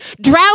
Drown